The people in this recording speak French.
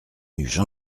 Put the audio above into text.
jean